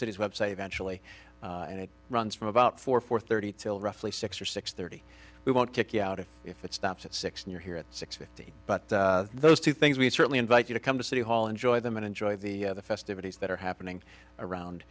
city's website eventually and it runs from about four four thirty til roughly six or six thirty we won't kick you out if if it stops at six and you're here at six fifty but those two things we certainly invite you to come to city hall enjoy them and enjoy the festivities that are happening around